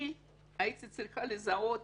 אני הייתי צריכה לזהות